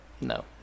No